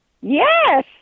Yes